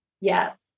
Yes